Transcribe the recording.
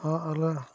ᱦᱚᱸ ᱟᱞᱚ